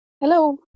Hello